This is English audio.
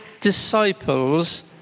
disciples